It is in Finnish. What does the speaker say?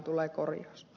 arvoisa puhemies